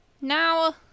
now